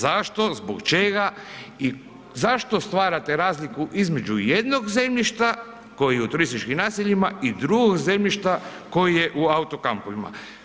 Zašto, zbog čega, zašto stvarate razliku između jednog zemljišta koji je u turističkim naseljima i drugog zemljišta koji je u auto-kampovima?